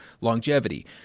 longevity